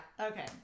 Okay